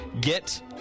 Get